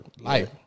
Life